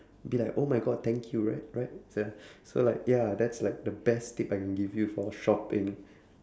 be like oh my god thank you right right sia so like ya that's like the best tip I can give you for shopping